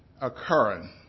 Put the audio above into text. occurring